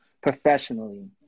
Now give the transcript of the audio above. professionally